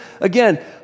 again